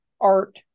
art